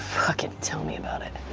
fucking tell me about it.